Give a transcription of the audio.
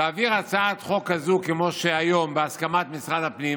להעביר הצעת חוק כזו כמו של היום בהסכמת משרד הפנים,